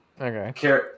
Okay